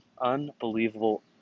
Unbelievable